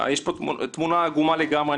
יש פה תמונה עגומה לגמרי.